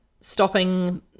stopping